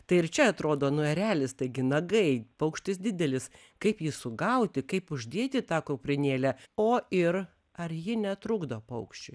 tai ir čia atrodo nu erelis taigi nagai paukštis didelis kaip jį sugauti kaip uždėti tą kuprinėlę o ir ar ji netrukdo paukščiui